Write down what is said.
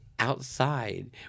Outside